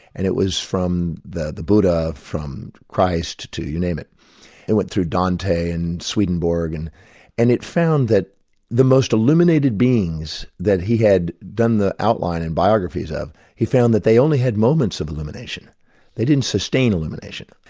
and it was from the the buddha, from christ to, you name it. it went through dante and swedenborg and and it found that the most illuminated beings that he had done the outlines and biographies of, he found that they only had moments of illumination they didn't sustain illumination.